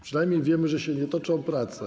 Przynajmniej wiemy, że się nie toczą prace.